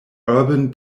urban